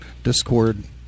discord